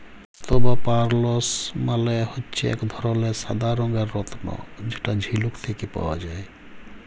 মুক্ত বা পার্লস মালে হচ্যে এক ধরলের সাদা রঙের রত্ন যেটা ঝিলুক থেক্যে পাওয়া যায়